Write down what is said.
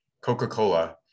Coca-Cola